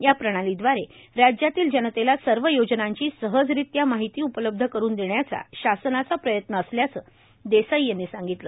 या प्रणालीद्वारे राज्यातील जनतेला सर्व योजनांची सहजरित्या माहिती उपलब्ध करून देण्याचा शासनाचा प्रयत्न असल्याचे देसाई यांनी सांगितले